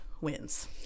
wins